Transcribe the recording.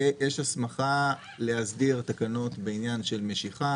יש הסמכה להסדיר תקנות בעניין של משיכה,